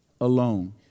alone